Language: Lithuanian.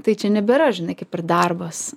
tai čia nebėra žinai kaip ir darbas